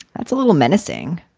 that's a little menacing.